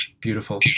Beautiful